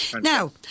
Now